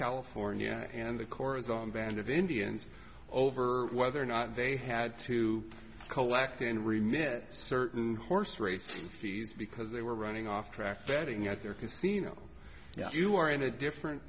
california and the corps on band of indians over whether or not they had to collect and remit certain horse racing fees because they were running off track betting at their casino yet you are in a different